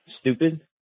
stupid